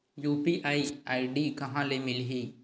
UPI ID कहां ले मिलही?